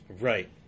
Right